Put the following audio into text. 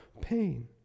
pain